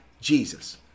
Jesus